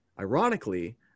Ironically